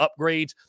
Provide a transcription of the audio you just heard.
upgrades